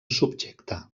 subjecte